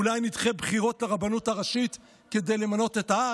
אולי נדחה בחירות לרבנות הראשית כדי למנות את האח?